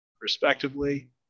respectively